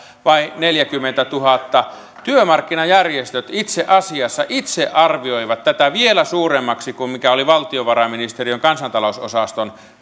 vai neljäkymmentätuhatta työmarkkinajärjestöt itse asiassa itse arvioivat tätä vielä suuremmaksi kuin mikä oli valtiovarainministeriön kansantalousosaston